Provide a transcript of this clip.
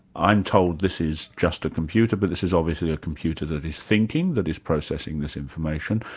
i'm told this is just a computer, but this is obviously a computer that is thinking, that is processing this information.